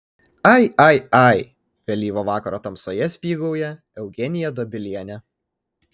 ai ai ai vėlyvo vakaro tamsoje spygauja eugenija dobilienė